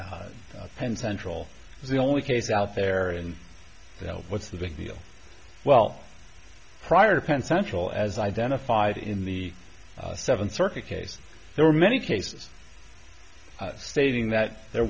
ten central as the only case out there and you know what's the big deal well prior to penn central as identified in the seventh circuit case there were many cases stating that there